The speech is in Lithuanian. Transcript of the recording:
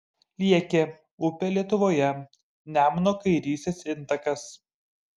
liekė upė lietuvoje nemuno kairysis intakas